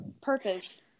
purpose